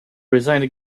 resigned